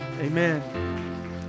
Amen